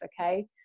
okay